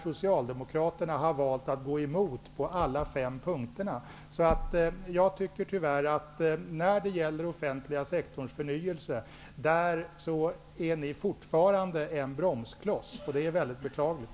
Socialdemokraterna har valt att gå emot på alla fem punkter. När det gäller den offentliga sektorns förnyelse är ni fortfarande en bromskloss, och det är mycket beklagligt.